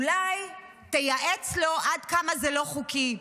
אולי תייעץ לו עד כמה זה לא חוקי,